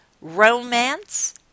romance